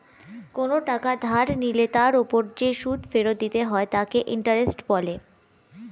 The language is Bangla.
কোনো টাকা ধার নিলে তার উপর যে সুদ ফেরত দিতে হয় তাকে ইন্টারেস্ট বলে